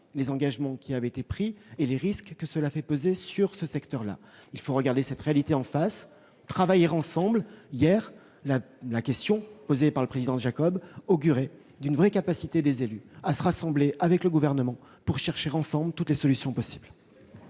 les engagements qu'il a pris et les risques qu'un tel comportement fait peser sur ce secteur. Il faut regarder cette réalité en face et travailler de concert. La question posée, hier, par le président Jacob augurait d'une vraie capacité des élus à se rassembler, avec le Gouvernement, pour chercher ensemble toutes les solutions possibles.